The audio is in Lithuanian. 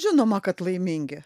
žinoma kad laimingi